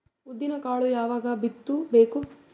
ಉದ್ದಿನಕಾಳು ಯಾವಾಗ ಬಿತ್ತು ಬೇಕು?